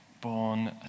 born